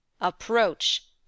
Approach